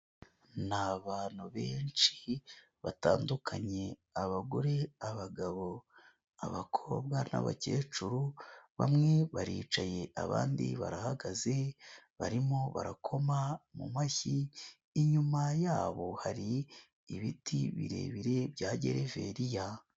Ni abantu benshi batandukanye: abagore, abagabo, abakobwa n'abakecuru, bamwe baricaye abandi barahagaze, barimo barakoma mu mashyi, inyuma yabo hari ibiti birebire bya gereveriya.